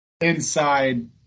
inside